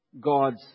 God's